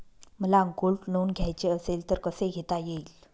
मला gold loan घ्यायचे असेल तर कसे घेता येईल?